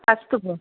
अस्तु भो